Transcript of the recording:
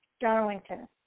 Darlington